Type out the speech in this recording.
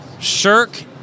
Shirk